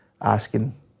asking